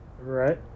Right